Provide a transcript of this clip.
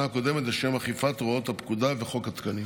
הקודמת לשם אכיפת הוראות הפקודה וחוק התקנים.